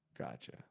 Gotcha